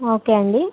ఒకే అండి